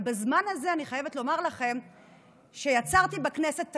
אבל בזמן הזה אני חייבת לומר לכם שיצרתי בכנסת תקדים: